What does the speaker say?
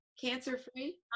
cancer-free